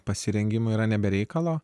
pasirengimui yra ne be reikalo